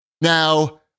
Now